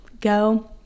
go